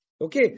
Okay